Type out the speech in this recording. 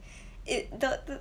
it the the